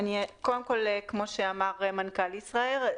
כמו שאמר מנכ"ל ישראייר,